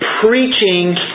preaching